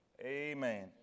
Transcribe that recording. Amen